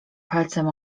palcem